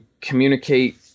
communicate